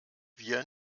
wir